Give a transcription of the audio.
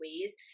ways